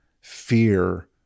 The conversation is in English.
fear